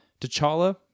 T'Challa